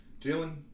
Jalen